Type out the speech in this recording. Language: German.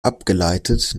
abgeleitet